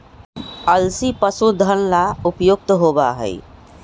अलसी पशुधन ला उपयुक्त होबा हई